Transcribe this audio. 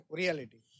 reality